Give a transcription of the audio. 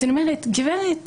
אז אני אומרת: גברת,